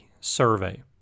survey